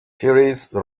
therese